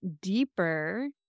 deeper